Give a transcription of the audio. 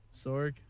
Sorg